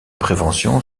prévention